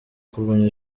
kurwanya